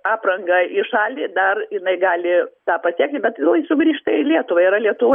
aprangą į šalį dar jinai gali tą pasiekti bet lai sugrįžta į lietuvą yra lietuvoj